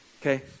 Okay